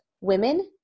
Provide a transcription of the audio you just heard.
women